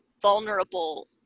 vulnerable